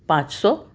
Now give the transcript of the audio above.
پانچ سو